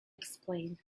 explain